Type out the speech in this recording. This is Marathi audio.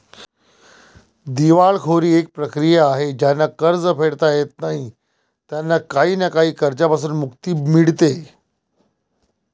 दिवाळखोरी एक प्रक्रिया आहे ज्यांना कर्ज फेडता येत नाही त्यांना काही ना काही कर्जांपासून मुक्ती मिडते